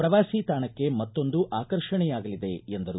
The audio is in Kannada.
ಪ್ರವಾಸಿ ತಾಣಕ್ಕೆ ಮತ್ತೊಂದು ಆಕರ್ಷಣೆಯಾಗಲಿದೆ ಎಂದರು